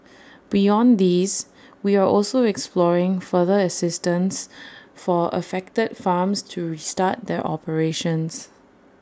beyond these we are also exploring further assistance for affected farms to restart their operations